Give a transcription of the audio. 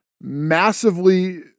massively